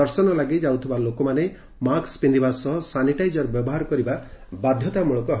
ଦର୍ଶନ ଲାଗି ଯାଉଥିବା ଲୋକେ ମାସ୍କ ପିବିବା ସହ ସାନିଟାଇଜର୍ ବ୍ୟବହାର କରିବା ବାଧ୍ଘତାମ୍କଳକ ହେବ